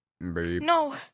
No